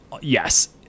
Yes